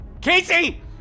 Casey